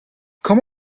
come